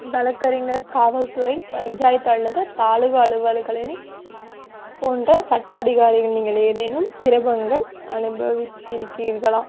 வழக்கறிஞர் காவல்துறை பஞ்சாயத்து அல்லது தாலுகா அலுவலர்களின் போன்ற சட்ட அதிகாரிகள் நீங்கள் ஏதேனும் சிரமங்கள் அனுபவித்து இருக்கிறீர்களா